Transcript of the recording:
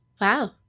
Wow